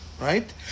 Right